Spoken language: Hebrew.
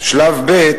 שלב ב',